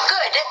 Good